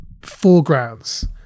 foregrounds